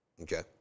Okay